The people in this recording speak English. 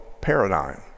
paradigm